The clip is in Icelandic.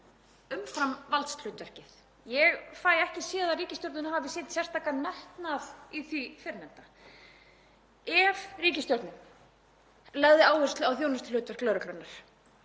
umfram valdshlutverkið. Ég fæ ekki séð að ríkisstjórnin hafi sýnt sérstakan metnað í því fyrrnefnda. Ef ríkisstjórnin legði áherslu á þjónustuhlutverk lögreglunnar